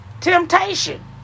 Temptation